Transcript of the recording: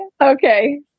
Okay